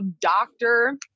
doctor